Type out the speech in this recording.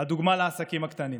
הדוגמה לעסקים הקטנים